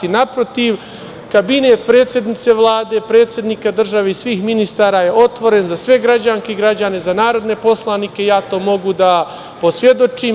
Naprotiv, kabinet predsednice Vlade, predsednika države i svih ministara je otvoren za sve građanke i građane, za narodne poslanike i ja to mogu da posvedočim.